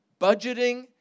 Budgeting